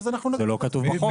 זה לא כתוב בחוק.